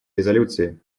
резолюции